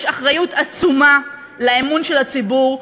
יש אחריות עצומה לאמון של הציבור,